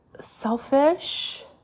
selfish